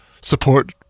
support